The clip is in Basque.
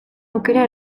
aukera